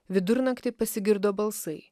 vidurnaktį pasigirdo balsai